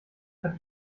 hat